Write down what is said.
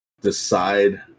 decide